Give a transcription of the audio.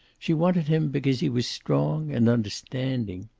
she wanted him because he was strong and understanding.